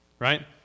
right